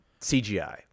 CGI